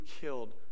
killed